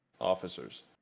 officers